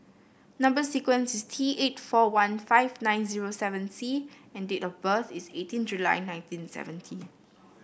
number sequence is T eight four one five nine zero seven C and date of birth is eighteen July nineteen seventy